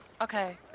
Okay